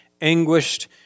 anguished